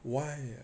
why ah